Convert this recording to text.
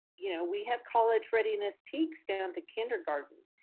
you know, we have college readiness teks down to kindergarten,